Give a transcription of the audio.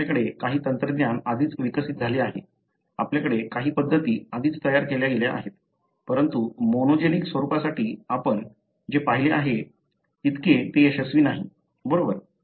आपल्याकडे काही तंत्रज्ञान आधीच विकसित झाले आहे आपल्याकडे काही पध्दती आधीच तयार केल्या गेल्या आहेत परंतु मोनोजेनिक स्वरूपासाठी आपण जे पाहिले आहे तितके ते यशस्वी नाही बरोबर